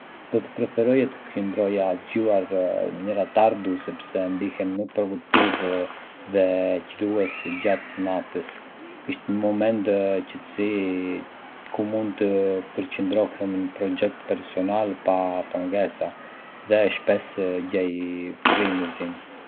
Do të preferoja të qëndroja zgjuar njera tardu sepse ndihem më produktiv dhe krijues gjatë natës. Është një moment qetësie ku mund të përqendrohem në projekte personale pa pengesa, dhe shpesh gjej frymëzim.